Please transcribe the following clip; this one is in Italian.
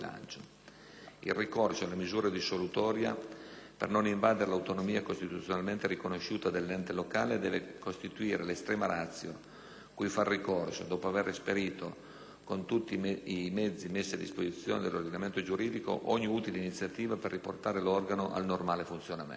Il ricorso alla misura dissolutoria, per non invadere l'autonomia costituzionalmente riconosciuta dell'ente locale, deve costituire l'*extrema ratio* cui far ricorso, dopo aver esperito, con tutti i mezzi messi a disposizione dall'ordinamento giuridico, ogni utile iniziativa per riportare l'organo al normale funzionamento.